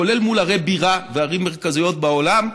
כולל מול ערי בירה וערים מרכזיות בעולם,